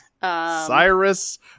Cyrus